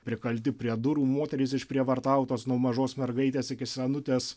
prikalti prie durų moterys išprievartautos nuo mažos mergaitės iki senutės